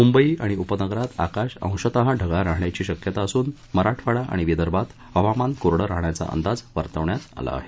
मुंबई आणि उपनगरात आकाश अंशतः ढगाळ राहण्याची शक्यता असून मराठवाडा आणि विदर्भात हवामान कोरडं राहण्याचा अंदाज वर्तवण्यात आला आहे